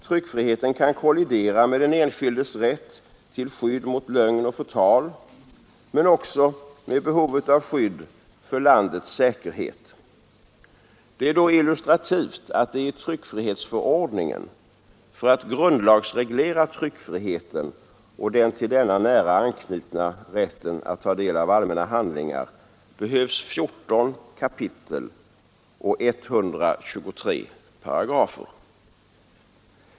Tryckfriheten kan kollidera med den enskildes rätt till skydd mot lögn och förtal men också med behovet av skydd för landets säkerhet. Det är då illustrativt att det i tryckfrihetsförordningen för att grundlagsreglera tryckfriheten och den till denna nära anknutna rätten att ta del av allmänna handlingar behövs 14 kapitel och 123 paragrafer.